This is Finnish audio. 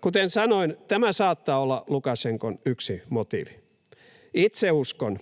Kuten sanoin, tämä saattaa olla Lukašenkan yksi motiivi. Itse uskon,